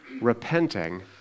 repenting